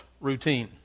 routine